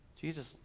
Jesus